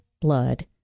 blood